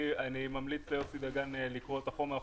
אני ממליץ ליוסי דגן לקרוא את החומר,